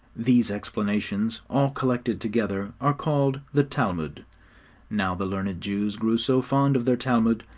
these explanations, all collected together, are called the talmud now the learned jews grew so fond of their talmud,